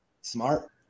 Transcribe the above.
Smart